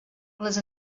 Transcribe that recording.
les